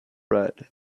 red